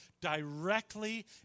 directly